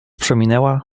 przeminęła